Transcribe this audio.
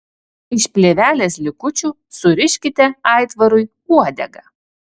iš plėvelės likučių suriškite aitvarui uodegą